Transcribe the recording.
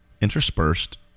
interspersed